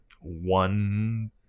one